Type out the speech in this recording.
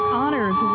honors